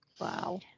Wow